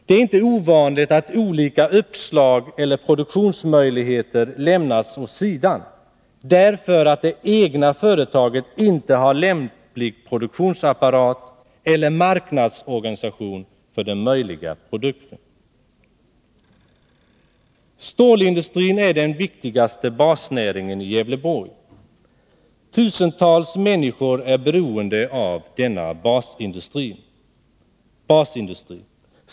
Det är inte ovanligt att olika uppslag eller produktionsmöjligheter lämnas åt sidan, därför att det egna företaget inte har lämplig produktionsapparat eller marknadsorganisation för den möjliga produkten. Stålindustrin är den viktigaste basnäringen i Gävleborgs län. Tusentals människor är beroende av denna basindustri.